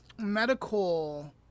medical